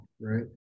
right